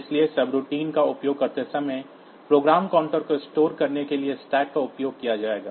इसलिए सबरूटीन्स का उपयोग करते समय प्रोग्राम काउंटर को स्टोर करने के लिए स्टैक का उपयोग किया जाएगा